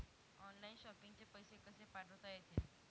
Online shopping चे पैसे कसे पाठवता येतील?